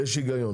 ויש היגיון.